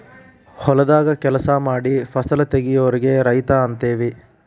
ಹೊಲದಾಗ ಕೆಲಸಾ ಮಾಡಿ ಫಸಲ ತಗಿಯೋರಿಗೆ ರೈತ ಅಂತೆವಿ